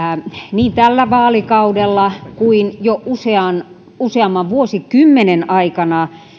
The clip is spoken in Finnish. niin tällä vaalikaudella kuin jo useamman useamman vuosikymmenen aikana